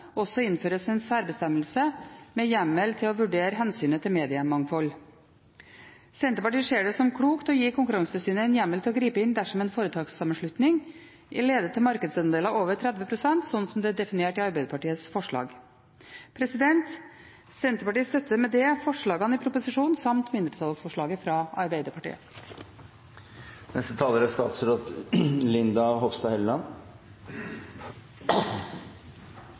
også innføres en særbestemmelse med hjemmel til å vurdere hensynet til mediemangfold. Senterpartiet ser det som klokt å gi Konkurransetilsynet en hjemmel til å gripe inn dersom en foretakssammenslutning vil lede til markedsandeler over 30 pst., slik det er definert i Arbeiderpartiets forslag. Senterpartiet støtter med det forslagene i proposisjonen samt mindretallsforslaget fra Arbeiderpartiet. Regjeringen ser det som en sentral oppgave å verne om mediemangfoldet. Å fremme mediemangfold er